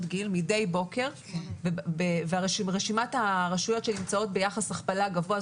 גיל ורשימת הרשויות שנמצאות ביחס הכפלה גבוה,